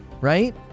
right